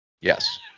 Yes